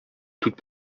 toute